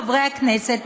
חברי הכנסת,